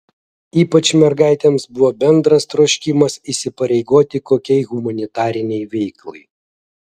ypač mergaitėms buvo bendras troškimas įsipareigoti kokiai humanitarinei veiklai